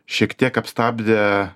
šiek tiek apstabdė